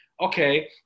Okay